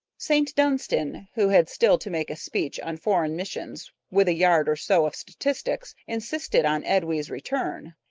st. dunstan, who had still to make a speech on foreign missions with a yard or so of statistics, insisted on edwy's return.